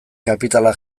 kapitala